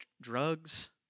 drugs